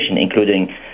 including